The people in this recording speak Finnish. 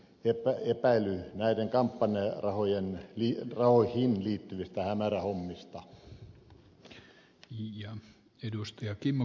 näin poistettaisiin viimeinenkin epäily näihin kampanjarahoihin liittyvistä hämärähommista